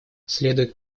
следует